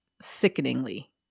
sickeningly